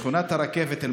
שכונת הרכבת בלוד,